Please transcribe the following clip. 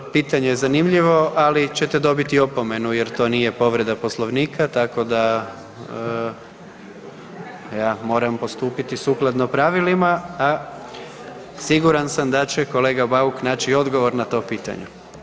Pitanje je zanimljivo, ali ćete dobiti opomenu jer to nije povreda Poslovnika, tako da ja moram postupiti sukladno pravilima, a siguran sam da će kolega Bauk naći odgovor na to pitanje.